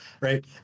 right